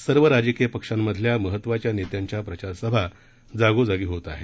सर्व राजकीय पक्षांमधल्या महत्त्वाच्या नेत्यांच्या प्रचारसभा जागोजाग होत आहेत